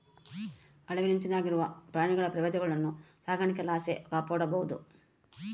ಅಳಿವಿನಂಚಿನಾಗಿರೋ ಪ್ರಾಣಿ ಪ್ರಭೇದಗುಳ್ನ ಸಾಕಾಣಿಕೆ ಲಾಸಿ ಕಾಪಾಡ್ಬೋದು